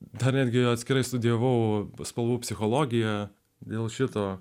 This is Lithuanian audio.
dar energija atskirai studijavau spalvų psichologija dėl šito